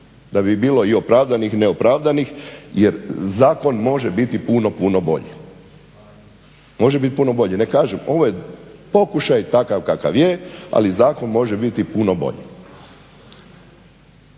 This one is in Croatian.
Da bi bilo i opravdanih i neopravdanih, jer zakon može biti puno puno bolji, može biti puno bolje, ne kažem ovo je pokušaj takav kakav je, ali zakon može biti puno bolji.